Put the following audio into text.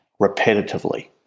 repetitively